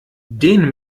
den